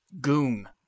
goon